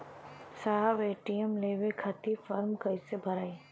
साहब ए.टी.एम लेवे खतीं फॉर्म कइसे भराई?